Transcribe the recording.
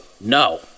no